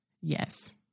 Yes